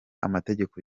amategeko